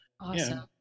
awesome